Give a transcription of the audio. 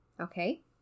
Okay